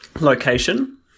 Location